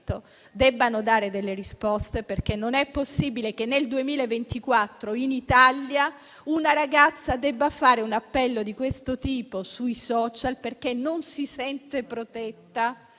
debbano dare delle risposte, perché non è possibile che nel 2024, in Italia, una ragazza debba fare un appello di questo tipo sui *social* perché non si sente protetta